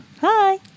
Hi